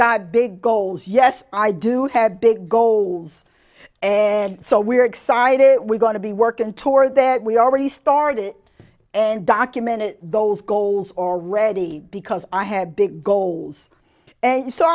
got big goals yes i do have big goals eggs so we're excited we're going to be working toward that we already started and documented those goals are ready because i have big goals and so